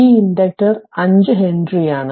ഈ ഇൻഡക്റ്റർ 5 ഹെൻറിയാണ്